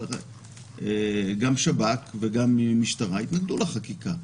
גם השב"כ וגם המשטרה כמובן התנגדו לחקיקה,